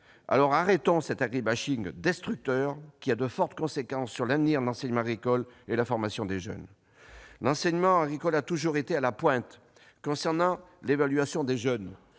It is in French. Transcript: ! Cessons donc cet agri-bashing destructeur, qui a de fortes conséquences sur l'avenir de l'enseignement agricole et la formation des jeunes ! L'enseignement agricole a toujours été à la pointe en matière d'évaluation des jeunes